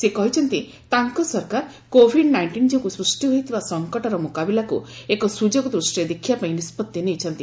ସେ କହିଛନ୍ତି ତାଙ୍କ ସରକାର କୋଭିଡ୍ ନାଇଷ୍ଟିନ୍ ଯୋଗୁଁ ସୃଷ୍ଟି ହୋଇଥିବା ସଂକଟର ମୁକାବିଲାକୁ ଏକ ସୁଯୋଗ ଦୃଷ୍ଟିରେ ଦେଖିବା ପାଇଁ ନିଷ୍କଉତ୍ତି ନେଇଛନ୍ତି